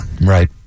Right